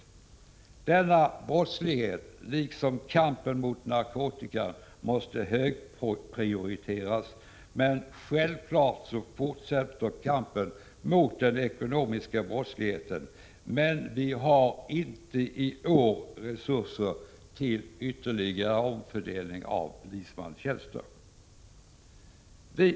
Kampen mot denna brottslighet, liksom kampen mot narkotikan, måste prioriteras högt. Självfallet fortsätter kampen mot den ekonomiska brottsligheten, men vi har i år inte resurser till ytterligare omfördelning av polismanstjänster.